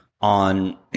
on